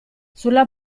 sulla